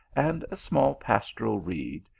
and a small pastoral reed,